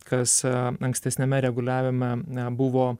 kas ankstesniame reguliavime na buvo